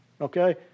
Okay